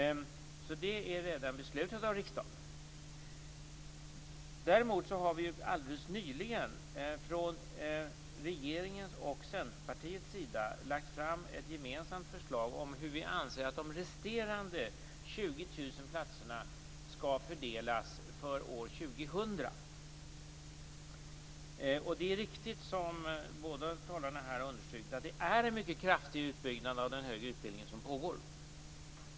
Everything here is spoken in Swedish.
Detta är alltså redan beslutat av riksdagen. Däremot har regeringen och Centerpartiet alldeles nyligen lagt fram ett gemensamt förslag, av vilket framgår hur vi anser att de resterande 20 000 platserna skall fördelas för år 2000. Det är riktigt, som båda talarna här har understrukit, att en kraftig utbyggnad av den högre utbildningen pågår.